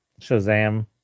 Shazam